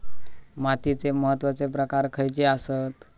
मातीचे महत्वाचे प्रकार खयचे आसत?